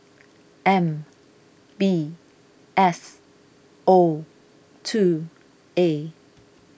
M B S O two A